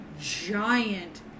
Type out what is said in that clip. giant